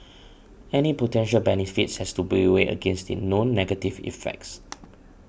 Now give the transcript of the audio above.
any potential benefits has to be weighed against the known negative effects